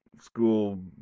school